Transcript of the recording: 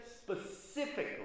specifically